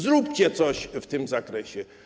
Zróbcie coś w tym zakresie.